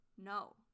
No